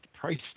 price